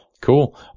Cool